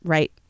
Right